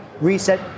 reset